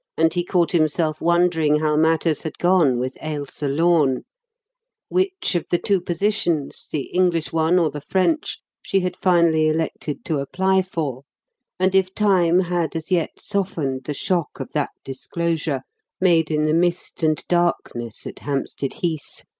and he caught himself wondering how matters had gone with ailsa lorne which of the two positions the english one or the french she had finally elected to apply for and if time had as yet softened the shock of that disclosure made in the mist and darkness at hampstead heath.